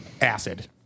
Acid